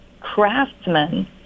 craftsmen